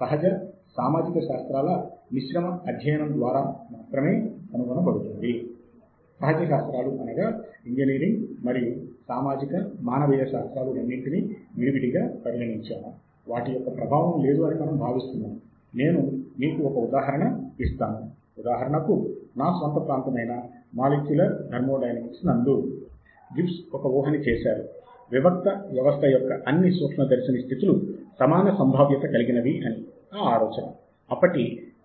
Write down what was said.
కాబట్టి మనము మొదటగా మనకి ఏ విధమైన హక్కు లేదు అని నిర్ధారణ చేయడం ద్వారా సాహిత్య శోధనను